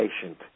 patient